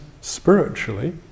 spiritually